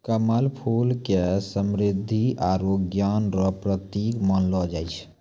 कमल फूल के समृद्धि आरु ज्ञान रो प्रतिक मानलो जाय छै